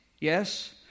Yes